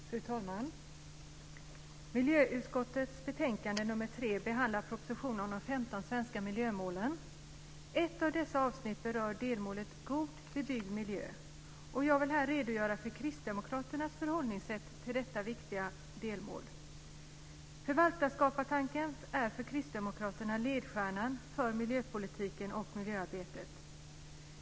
Fru talman! Miljöutskottets betänkande nr 3 behandlar propositionen om de femton svenska miljömålen. Ett av dessa avsnitt berör delmålet God bebyggd miljö, och jag vill här redogöra för Kristdemokraternas förhållningssätt till detta viktiga delmål. Förvaltarskapstanken är för Kristdemokraterna ledstjärnan för miljöpolitiken och miljöarbetet.